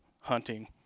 hunting